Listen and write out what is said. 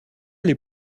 les